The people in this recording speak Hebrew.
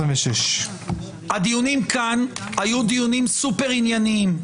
226. הדיונים כאן היו סופר ענייניים.